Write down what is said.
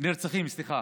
נרצחים, סליחה.